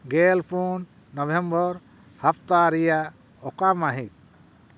ᱜᱮᱞᱯᱩᱱ ᱱᱚᱵᱷᱮᱢᱵᱚᱨ ᱦᱟᱯᱛᱟ ᱨᱮᱭᱟᱜ ᱚᱠᱟ ᱢᱟᱹᱦᱤᱛ